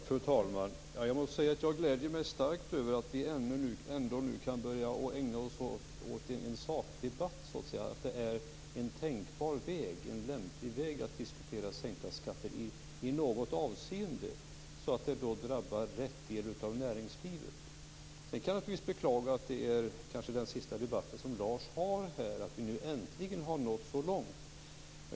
Fru talman! Jag gläder mig starkt över att vi nu ändå kan börja ägna oss åt en sakdebatt, att det är en tänkbar och lämplig väg att diskutera sänkta skatter som drabbar rätt del av näringslivet. Sedan kan jag naturligtvis beklaga att det kanske är Lars Hedfors sista debatt här, när vi nu äntligen har nått så långt.